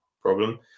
problem